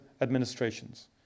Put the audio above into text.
administrations